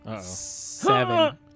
seven